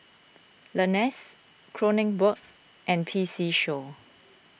Lenas Kronenbourg and P C Show